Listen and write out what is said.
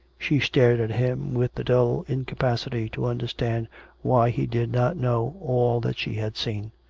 she stared at him with the dull incapacity to understand why he did not know all that she had seen.